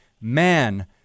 Man